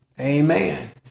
Amen